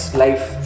life